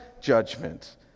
judgment